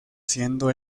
siendo